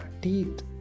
teeth